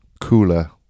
cooler